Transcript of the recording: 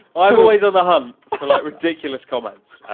i'm always on the hunt for like ridiculous comments.